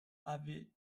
avait